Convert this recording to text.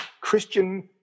christian